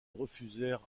refusèrent